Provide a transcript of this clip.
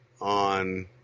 on